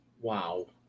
Wow